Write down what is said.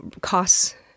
costs